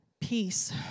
Peace